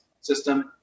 system